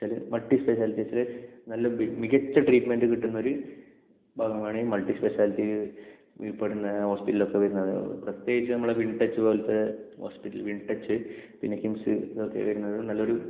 വെച്ചാല് മൾട്ടിസ്പെഷ്യാലിറ്റി വെച്ചാല് നല്ല മികച്ച ട്രീറ്റ്മെൻറ് കിട്ടുന്ന ഒരു ഭാഗമാണ് ഈ മൾട്ടിസ്പെഷ്യാലിറ്റിയില് പെടുന്ന ഹോസ്പിറ്റൽ ഒക്കെ വരുന്നത് പ്രത്യേകിച്ച് നമ്മളുടെ വിൻ ടച്ച് പോലത്തെ ഹോസ്പിറ്റൽ വിൻ ടച്ച് പിന്നെ കിംസ് ഇതൊക്കെ വരുന്നത് നല്ലൊരു